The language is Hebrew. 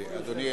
אדוני,